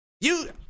You-